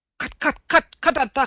cut-cut-cut, ca-dah-cut!